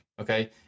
okay